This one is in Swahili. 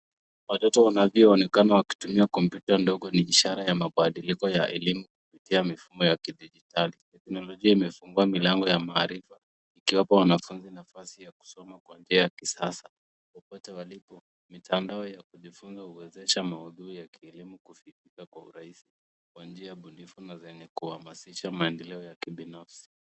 Watoto wanaambiwa ni kama wakitumia kompyuta ndogo ishara ya mabadiliko ya elimu kupitia mifumo ya kidijitali. Teknolojia imefungua milango ya maarifa zikiwapa wanafunzi nafasi ya kusoma kwa njia ya kisasa. Mtandao ya kujifunza umewezesha maudhui ya kujifunza kwa urahisi kwa njia ubunifu na kuhamasisha maendeleo ya kibinafsi.